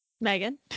Megan